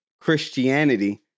Christianity